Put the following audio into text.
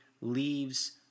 leaves